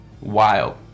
Wild